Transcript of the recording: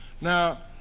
Now